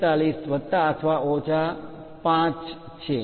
45 વત્તા અથવા ઓછા 05 00 છે